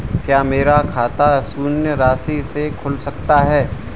क्या मेरा खाता शून्य राशि से खुल सकता है?